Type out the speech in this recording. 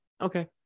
okay